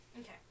Okay